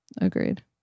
Agreed